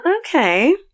okay